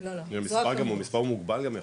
זה מספר מוגבל.